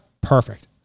perfect